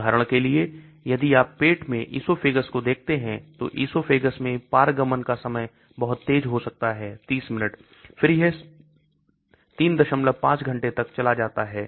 उदाहरण के लिए यदि आप पेट में esophagus को देखते हैं तो esophagus मैं पारगमन का समय बहुत तेज हो सकता है 30 मिनट फिर यह 35 घंटे तक चला जाता है